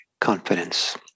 confidence